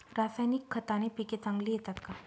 रासायनिक खताने पिके चांगली येतात का?